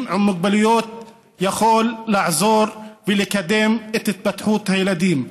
עם מוגבלויות יכול לעזור ולקדם את התפתחות הילדים.